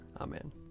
Amen